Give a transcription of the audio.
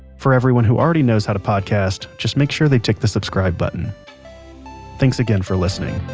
for everyone who already knows how to podcast, just make sure they tick the subscribe button thanks again for listening